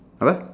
apa